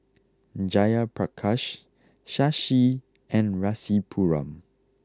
Jayaprakash Shashi and Rasipuram